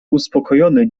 uspokojony